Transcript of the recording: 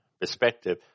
perspective